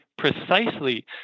precisely